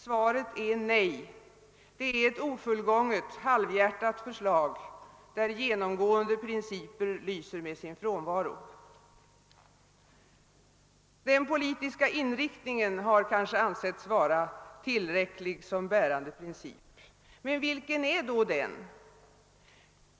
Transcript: Svaret är nej; det är ett ofullgånget, halvhjärtat förslag, där genomgående principer lyser med sin frånvaro. Den politiska inriktningen har kanske ansetts vara tillräcklig som bärande princip. Men vilken är då den?